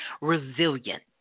resilient